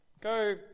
Go